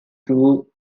true